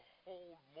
hold